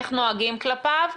איך נוהגים כלפיו?